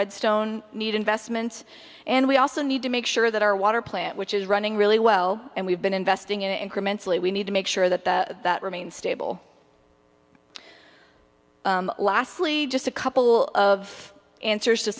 redstone need investments and we also need to make sure that our water plant which is running really well and we've been investing in incrementally we need to make sure that the that remain stable lastly just a couple of answers to